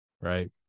Right